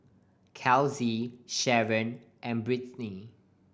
Kelsey Sheron and Britany